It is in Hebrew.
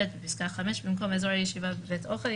ב' בפסקה 5 במקום אזורי ישיבה בבית אוכל,